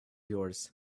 yours